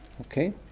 Okay